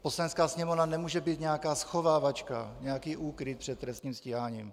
Poslanecká sněmovna nemůže být nějaká schovávačka, nějaký úkryt před trestním stíháním.